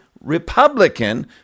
Republican